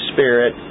Spirit